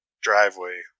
driveway